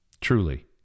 truly